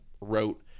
wrote